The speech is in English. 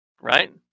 right